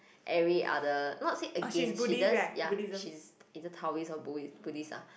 every other not say against she just ya she's a Taoist or Buddhist ah